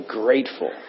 grateful